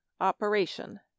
Operation